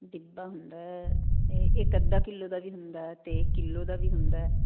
ਡੱਬਾ ਹੁੰਦਾ ਇਕ ਅੱਧਾ ਕਿਲੋ ਦਾ ਵੀ ਹੁੰਦਾ ਤੇ ਕਿਲੋ ਦਾ ਵੀ ਹੁੰਦਾ